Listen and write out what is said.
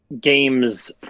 games